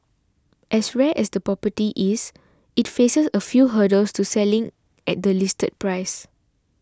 as rare as the property is though it faces a few hurdles to selling at the listed price